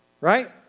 right